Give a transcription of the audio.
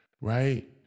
right